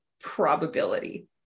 probability